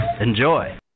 Enjoy